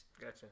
Gotcha